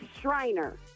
Shriner